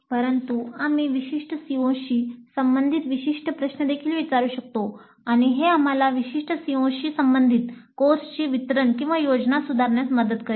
परंतु आम्ही विशिष्ट COशी संबंधित विशिष्ट प्रश्न देखील विचारू शकतो आणि हे आम्हाला विशिष्ट COशी संबंधित कोर्सची वितरण योजना सुधारण्यात मदत करेल